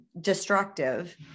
destructive